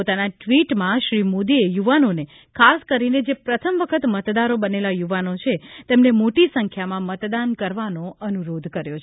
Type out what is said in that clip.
પોતાના ટ્વીટમાં શ્રી મોદીએ યુવાનોને ખાસ કરીને જે પ્રથમ વખત મતદારો બનેલા યુવાનોને મોટી સંખ્યામાં મતદાન કરવાનો અનુરોધ કર્યો છે